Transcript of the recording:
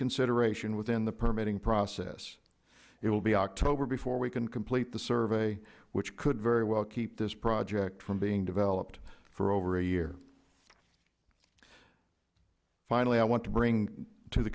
consideration within the permitting process it will be october before we can complete the survey which could very well keep this project from being developed for over a year finally i want to bring to the